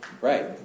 right